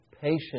patient